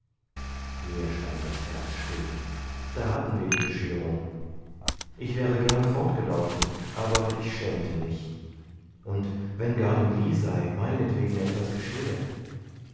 mir stand das herz still da hatten wir die bescherung ich wäre gern fortgelaufen aber ich schämte mich und wenn gar dem lisei meinetwegen etwas geschähe